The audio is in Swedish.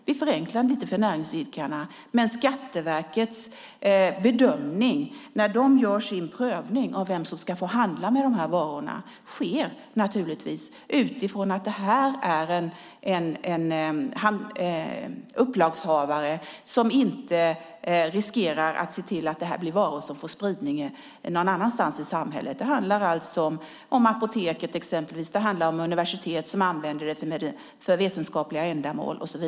Vi förenklar lite för näringsidkarna. När Skatteverket gör sin prövning av vilka som ska få handla med dessa varor gör man naturligtvis en bedömning utifrån att det är en upplagshavare som inte medför någon risk för att varorna får spridning någon annanstans i samhället. Det handlar exempelvis om våra apotek och om universitet som använder det för vetenskapliga ändamål.